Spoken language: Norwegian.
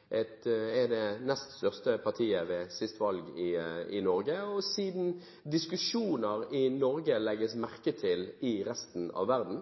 et rituelt forslag fra Fremskrittspartiet. Med jevne mellomrom kommer forslaget om å nedlegge Sametinget. Med jevne mellomrom kommer også forslaget om å si opp ILO-konvensjonen nr. 169. Det er også riktig at vi har en skikkelig diskusjon om dette og tar forslaget på alvor, siden Fremskrittspartiet tross alt var det nest største partiet ved siste stortingsvalg i Norge, og siden diskusjoner i Norge legges merke til i resten av verden.